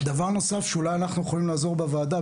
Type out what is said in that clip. דבר נוסף שאולי אנחנו יכולים לעזור בוועדה,